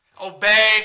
Obey